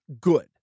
good